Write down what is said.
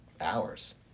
hours